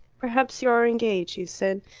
perhaps you are engaged, she said.